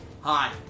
Hi